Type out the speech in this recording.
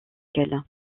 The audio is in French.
elle